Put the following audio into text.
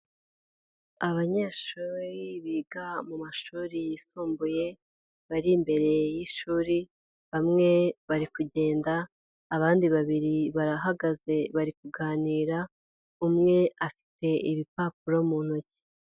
Abanyeshuri biga mu mashuri yisumbuye, bari imbere y'ishuri, bamwe bari kugenda, abandi babiri barahagaze bari kuganira, umwe afite ibipapuro mu ntoki.